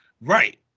Right